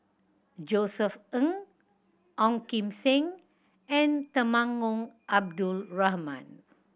Josef Ng Ong Kim Seng and Temenggong Abdul Rahman